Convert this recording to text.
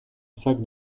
sac